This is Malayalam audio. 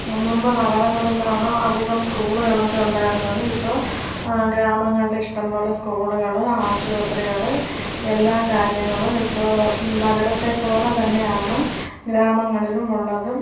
മുമ്പ് നഗരങ്ങളിലാണ് അധികം സ്കൂളുകളൊക്കെ ഉണ്ടായിരുന്നത് ഇപ്പോൾ ഗ്രാമങ്ങളിൽ ഇഷ്ടംപോലെ സ്കൂളുകൾ ആശുപത്രികൾ എല്ലാ കാര്യങ്ങളും ഇപ്പോൾ നഗരത്തെ പോലെ തന്നെയാണ് ഗ്രാമങ്ങളിലും ഉള്ളതും